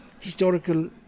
historical